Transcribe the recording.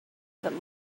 but